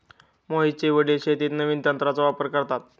मोहितचे वडील शेतीत नवीन तंत्राचा वापर करतात